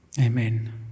Amen